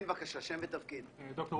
אני מעמותת מדעת.